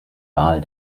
wahl